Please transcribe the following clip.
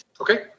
Okay